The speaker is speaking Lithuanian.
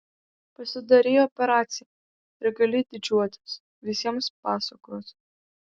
pasidarei operaciją ir gali didžiuotis visiems pasakoti